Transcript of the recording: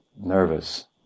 nervous